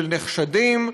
של נחשדים,